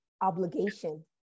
obligation